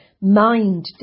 mind